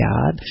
God